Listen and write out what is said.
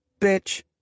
bitch